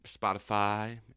Spotify